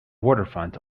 waterfront